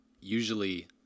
usually